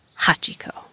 Hachiko